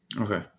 Okay